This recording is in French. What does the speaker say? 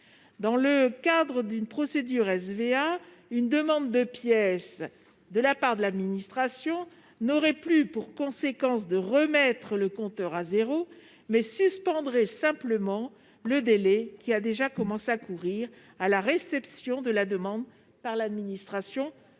Dans le cadre d'une procédure SVA, une demande de pièces de la part de l'administration n'aurait plus pour conséquence de remettre le compteur à zéro, mais suspendrait simplement le délai qui a déjà commencé à courir à la réception de la demande par l'administration